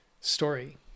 story